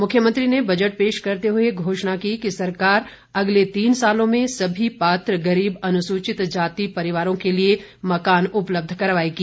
मुख्यमंत्री ने बजट पेश करते हुए घोषणा की कि सरकार अगले तीन सालों में सभी पात्र गरीब अनुसूचित जाति परिवारों के लिए मकान उपलब्ध करवाएगी